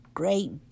great